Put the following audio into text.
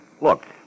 look